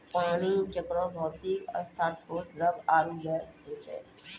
पानी केरो भौतिक अवस्था ठोस, द्रव्य आरु गैस होय छै